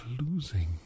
losing